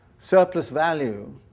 surplus-value